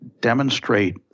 demonstrate